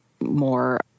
more